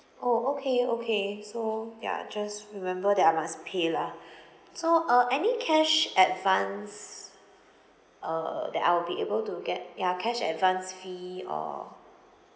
orh okay okay so ya just remember that I must pay lah so uh any cash advance uh that I'll be able to get ya cash advance fee or